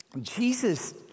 Jesus